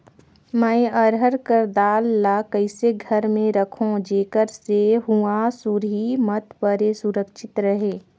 मैं अरहर कर दाल ला कइसे घर मे रखों जेकर से हुंआ सुरही मत परे सुरक्षित रहे?